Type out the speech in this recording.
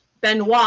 Benoit